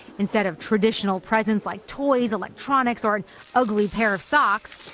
instead of traditional presents like toys, electronics or ugly pair of socks,